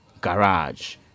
Garage